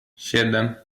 siedem